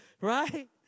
right